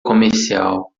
comercial